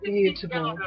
Beautiful